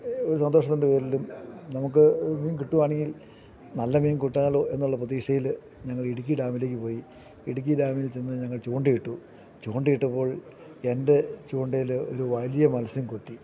ഒരു സന്തോഷത്തിൻ്റെ പേരിലും നമുക്ക് മീൻ കിട്ടുവാണെങ്കിൽ നല്ല മീൻ കൂട്ടാലോ എന്നുള്ള പ്രതീക്ഷയില് ഞങ്ങൾ ഇടുക്കി ഡാമിലേക്കു പോയി ഇടുക്കി ഡാമിൽ ചെന്നു ഞങ്ങൾ ചൂണ്ടയിട്ടു ചൂണ്ടയിട്ടപ്പോൾ എൻ്റെ ചൂണ്ടയില് ഒരു വലിയ മത്സ്യം കൊത്തി